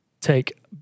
take